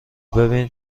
ببین